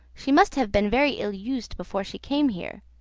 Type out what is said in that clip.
she must have been very ill-used before she came here.